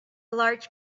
large